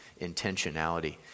intentionality